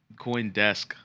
Coindesk